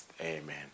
Amen